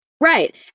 right